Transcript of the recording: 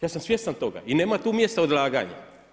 Ja sam svjestan toga i nema tu mjesta odlaganja.